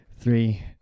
three